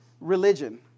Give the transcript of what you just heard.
religion